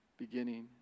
beginning